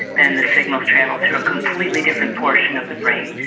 then the signals travel through a completely different portion of the brain.